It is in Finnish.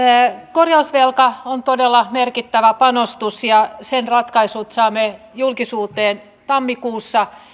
korjausvelka on todella merkittävä panostus ja sen ratkaisut saamme julkisuuteen tammikuussa